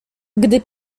gdy